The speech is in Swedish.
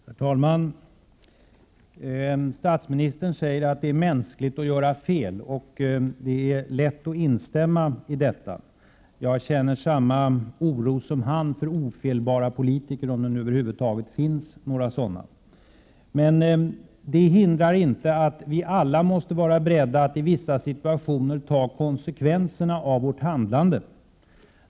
Herr talman! Statsministern säger att det är mänskligt att göra fel. Det är lätt att instämma i detta uttalande. Jag känner samma oro som han för ofelbara politiker, om det över huvud taget finns några sådana. Men det hindrar inte att vi alla måste vara beredda att i vissa situationer ta konsekvenserna av vårt handlande.